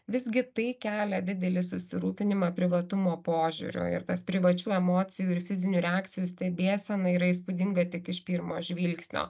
visgi tai kelia didelį susirūpinimą privatumo požiūriu ir tas privačių emocijų ir fizinių reakcijų stebėsena yra įspūdinga tik iš pirmo žvilgsnio